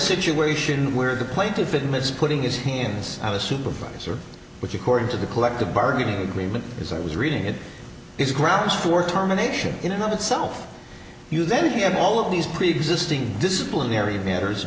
situation where the plaintiff in this putting his hands out a supervisor which according to the collective bargaining agreement as i was reading it is grounds for termination in a not itself you then you have all of these preexisting disciplinary matters